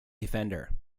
defender